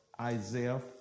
Isaiah